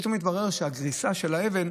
פתאום מתברר שהגריסה של האבן,